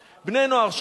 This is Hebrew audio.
בני-נוער, בני-נוער.